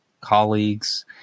colleagues